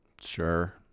Sure